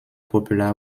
popular